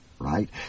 right